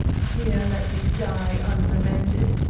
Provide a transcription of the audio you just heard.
here let me die unlamented,